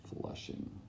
flushing